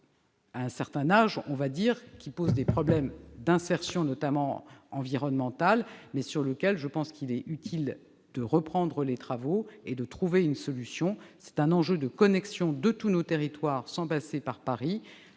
a un « certain âge », pose des problèmes d'insertion, notamment environnementale, mais sur lequel il est utile de reprendre les travaux pour trouver une solution. Il pose un enjeu de connexion de tous nos territoires sans passer par Paris.